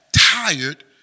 tired